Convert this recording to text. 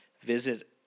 Visit